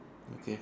okay